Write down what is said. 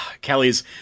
Kelly's